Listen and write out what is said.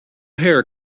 hair